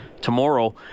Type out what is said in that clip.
tomorrow